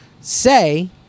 say